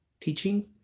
teaching